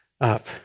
up